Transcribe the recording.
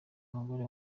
umugore